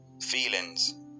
feelings